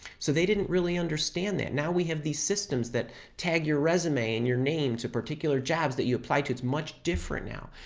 so they didn't really understand that. now we have these systems that tag your resume and your name to particular jobs that you apply to, it's much different now.